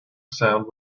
sound